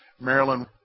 Maryland